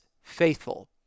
faithful